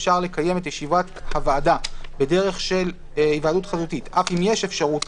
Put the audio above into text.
אפשר לקיים את ישיבת הוועדה בדרך של היוועדות חזותית אף אם יש אפשרות